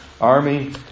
Army